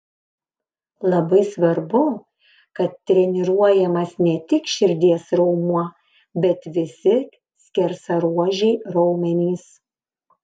labai svarbu kad treniruojamas ne tik širdies raumuo bet visi skersaruožiai raumenys